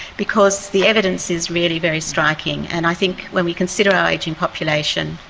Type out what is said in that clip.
because the evidence is really very striking, and i think when we consider our ageing population,